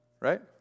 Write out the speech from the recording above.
right